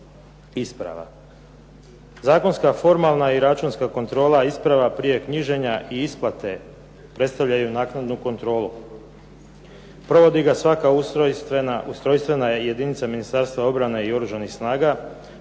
isprava. Zakonska, formalna i računska kontrola isprava prije knjiženja i isplate predstavljaju naknadu kontrolu. Provodi ga svaka ustrojstvena jedinica Ministarstva obrane i oružanih snaga,